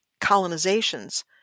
colonizations